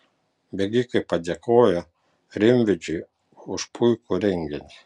bėgikai padėkojo rimvydžiui už puikų renginį